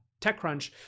TechCrunch